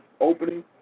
opening